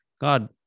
God